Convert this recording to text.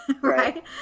Right